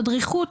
הדריכות,